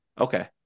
Okay